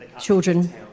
children